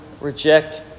reject